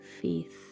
faith